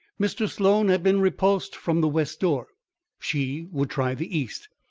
mr. sloan had been repulsed from the west door she would try the east.